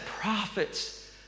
prophets